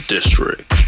District